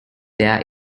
there